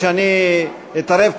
שאני אתערב,